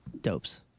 dopes